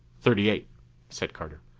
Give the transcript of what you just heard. thirty-eight, said carter.